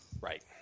Right